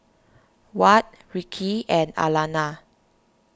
Watt Rickey and Alana